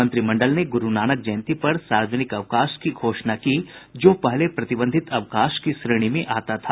मंत्रिमंडल ने गुरू नानक जयंती पर सार्वजनिक अवकाश की घोषणा की जो पहले प्रतिबंधित अवकाश की श्रेणी में आता था